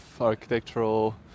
architectural